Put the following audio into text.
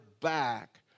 back